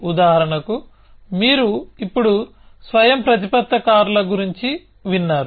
ఉదాహరణకు మీరు ఇప్పుడు స్వయంప్రతిపత్త కార్ల గురించి విన్నారు